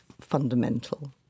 fundamental